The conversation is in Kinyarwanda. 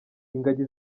ingagi